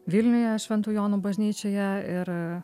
vilniuje šventų jonų bažnyčioje ir a